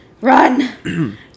run